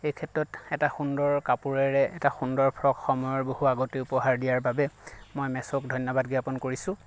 এই ক্ষেত্ৰত এটা সুন্দৰ কাপোৰেৰে এটা সুন্দৰ ফ্ৰক সময়ৰ বহু আগতেই উপহাৰ দিয়াৰ বাবে মই মেছ'ক ধন্যবাদ জ্ঞাপন কৰিছোঁ